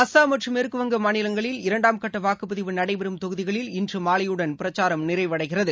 அசாம் மற்றும் மேற்குவங்க மாநிலங்களில் இரண்டாம்கட்டவாக்குப்பதிவு நடைபெறும் தொகுதிகளில் இன்றுமாலையுடன் பிரச்சாரம் நிறைவடைகிறது